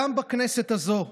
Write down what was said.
גם בכנסת הזו.